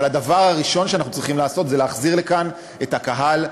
אבל הדבר הראשון שאנחנו צריכים לעשות זה להחזיר לכאן את הקהל,